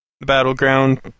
battleground